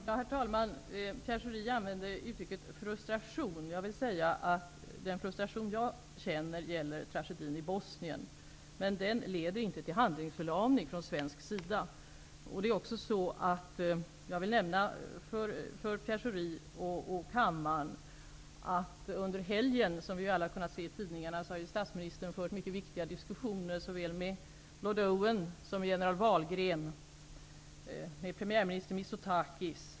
Herr talman! Pierre Schori använder uttrycket frustration. Jag vill säga att den frustration som jag känner gäller tragedin i Bosnien. Den leder dock inte till handlingsförlamning från svensk sida. Jag vill också nämna för Pierre Schori och kammarens ledamöter i övrigt att statsministern under helgen, som vi alla har kunnat se i tidningarna, har fört mycket viktiga diskussioner såväl med lord Owen och general Wahlgren som med premiärminister Mitsotakis.